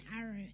arrow